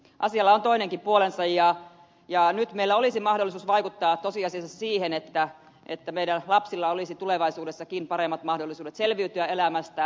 asialla on toinenkin puolensa ja nyt meillä olisi mahdollisuus vaikuttaa tosiasiassa siihen että meidän lapsillamme olisi tulevaisuudessakin paremmat mahdollisuudet selviytyä elämästä